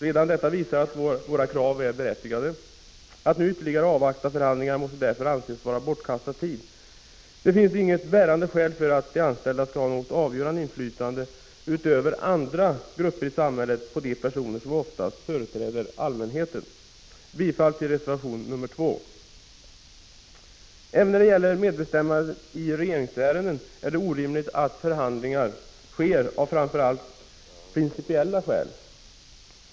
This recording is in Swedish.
Redan detta visar att våra krav är berättigade. Att nu ytterligare avvakta förhandlingar måste därför anses vara bortkastad tid. Det finns inget bärande skäl för att de anställda skall ha något, och mer än andra grupper i samhället, avgörande inflytande över de personer som oftast företräder allmänheten. Jag yrkar bifall till reservation nr 2. Även när det gäller medbestämmandet i regeringsärenden är det av framför allt principiella skäl orimligt med förhandlingar.